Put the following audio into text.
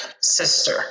sister